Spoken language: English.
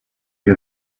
you